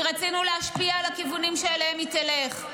כי רצינו להשפיע על הכיוונים שאליהם היא תלך.